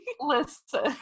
Listen